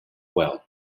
well